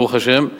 ברוך השם,